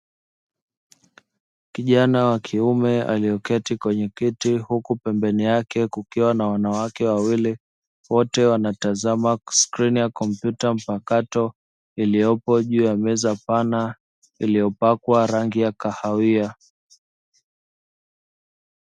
Kijana wa kiume aliyeketi kwenye kiti huku pembeni yake kukiwa na wanawake wawili, wote wanatazama skrini ya kompyuta mpakato iliyopo juu ya meza pana iliyopikwa rangi ya kahawia.